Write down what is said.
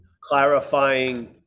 clarifying